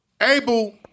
Abel